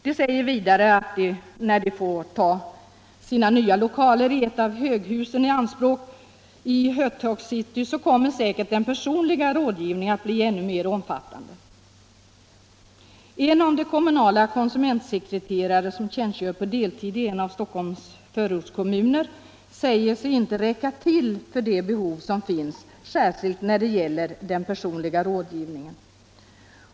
De säger vidare att den personliga rådgivningen säkert kommer att bli ännu mer omfattande när de får sina nya lokaler i ett av höghusen i Hötorgscity. En av de kommunala konsumentsekreterare som tjänstgör på deltid i en av Stockholms förortskommuner säger sig inte räcka till för det behov som finns, särskilt när det gäller den personliga rådgivningen.